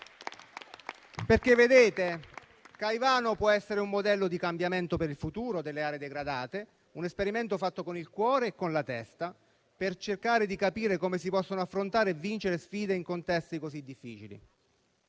parte. Caivano può essere un modello di cambiamento per il futuro delle aree degradate, un esperimento fatto con il cuore e con la testa, per cercare di capire come si possono affrontare e vincere sfide in contesti così difficili.